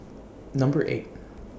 Number eight